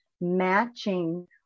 matching